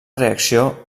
reacció